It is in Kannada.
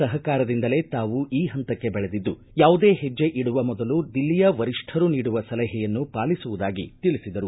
ಸಹಕಾರದಿಂದಲೇ ತಾವು ಈ ಹಂತಕ್ಕೆ ಬೆಳೆದಿದ್ದು ಯಾವುದೇ ಹೆಜ್ಜೆ ಇಡುವ ಮೊದಲು ದಿಲ್ಲಿಯ ವರಿಷ್ಠರು ನೀಡುವ ಸಲಹೆಯನ್ನು ಪಾಲಿಸುವುದಾಗಿ ತಿಳಿಸಿದರು